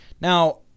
Now